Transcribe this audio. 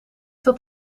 dat